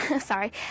sorry